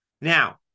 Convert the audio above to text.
Now